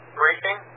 briefing